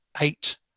eight